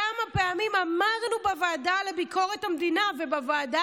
כמה פעמים אמרנו בוועדה לביקורת המדינה ובוועדה